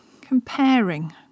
comparing